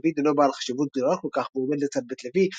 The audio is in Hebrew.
בית דוד אינו בעל חשיבות גדולה כל כך והוא עומד לצד בית לוי